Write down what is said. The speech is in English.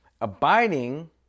Abiding